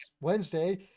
Wednesday